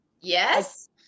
Yes